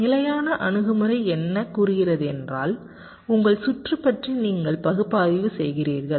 நிலையான அணுகுமுறை என்ன கூறுகிறது என்றால் உங்கள் சுற்று பற்றி நீங்கள் பகுப்பாய்வு செய்கிறீர்கள்